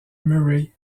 murray